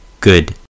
Good